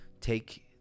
take